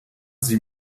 sie